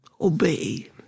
obey